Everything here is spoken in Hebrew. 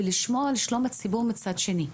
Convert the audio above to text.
ולשמור על שלום הציבור מצד שני,